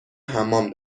حمام